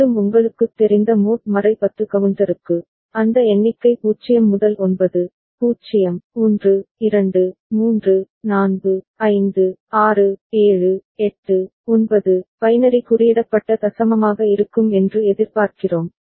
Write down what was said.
மீண்டும் உங்களுக்குத் தெரிந்த மோட் 10 கவுண்டருக்கு அந்த எண்ணிக்கை 0 முதல் 9 0 1 2 3 4 5 6 7 8 9 பைனரி குறியிடப்பட்ட தசமமாக இருக்கும் என்று எதிர்பார்க்கிறோம்